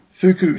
Fuku